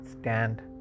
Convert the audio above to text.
stand